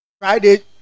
friday